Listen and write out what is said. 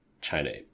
China